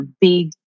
big